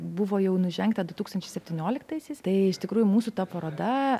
buvo jau nužengta du tūkstančiai septynioliktaisiais tai iš tikrųjų mūsų ta paroda